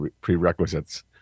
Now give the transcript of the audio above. prerequisites